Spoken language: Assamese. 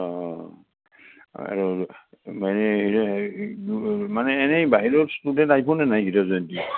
অঁ আৰু মানে মানে এনেই বাহিৰৰ ষ্টুডেণ্ট আহিবনে নাই হীৰক জয়ন্তীত